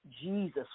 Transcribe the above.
Jesus